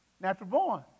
natural-born